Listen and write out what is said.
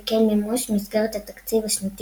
וכן מימוש מסגרת התקציב השנתי